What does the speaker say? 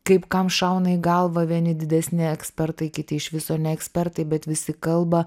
kaip kam šauna į galvą vieni didesni ekspertai kiti iš viso ne ekspertai bet visi kalba